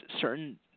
certain